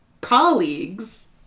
colleagues